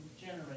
generate